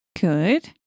Good